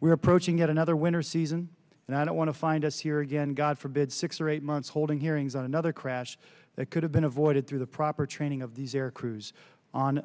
we're approaching yet another winter season and i don't want to find us here again god forbid six or eight months holding hearings on another crash that could have been avoided through the proper training of these air crews on